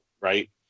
Right